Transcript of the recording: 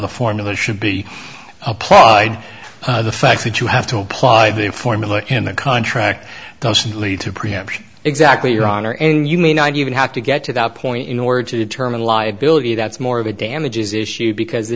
the formula should be applied the fact that you have to apply the formula in the contract doesn't lead to preemption exactly your honor and you may not even have to get to that point in order to determine liability that's more of a damages issue because the